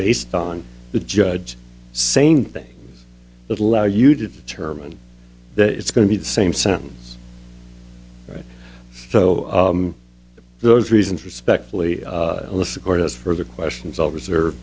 based on the judge same thing that allow you to determine that it's going to be the same sentence so that those reasons respectfully as further questions i'll reserve